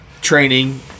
training